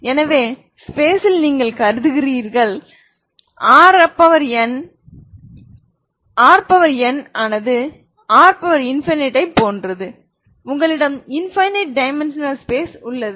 எனவே ஸ்பேஸ் ல் நீங்கள் கருதுங்கள் Rn ஆனது Rஐ போன்றது உங்களிடம் இன்பைனைட் டைமென்ஷனல் ஸ்பேஸ் உள்ளது